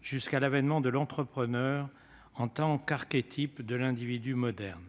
jusqu'à l'avènement de l'entrepreneur en tant qu'archétype de l'individu moderne.